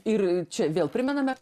ir čia vėl primename